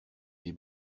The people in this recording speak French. des